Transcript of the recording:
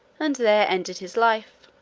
and there ended his life.